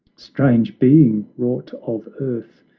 strange being wrought of earth,